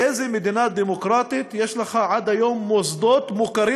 באיזו מדינה דמוקרטית יש לך עד היום מוסדות מוכרים